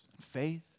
faith